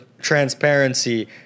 transparency